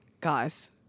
guys